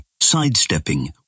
sidestepping